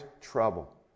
trouble